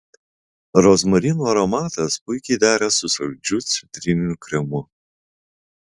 rozmarinų aromatas puikiai dera su saldžiu citrininiu kremu